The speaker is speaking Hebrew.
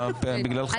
בגללך...